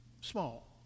small